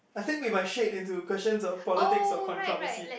I think we might shade into questions of politics or controversy